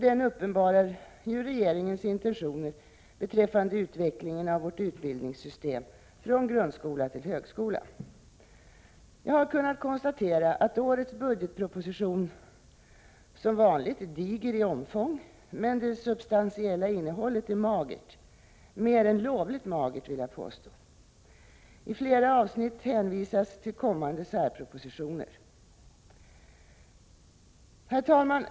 Den uppenbarar ju regeringens intentioner beträffande utvecklingen av vårt utbildningssystem, från grundskola till högskola. Jag har kunnat konstatera att årets budgetproposition som vanligt är diger i omfång men att det substantiella innehållet är magert — mer än lovligt magert, vill jag påstå. I flera avsnitt hänvisas till kommande särpropositioner.